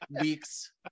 weeks